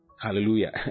hallelujah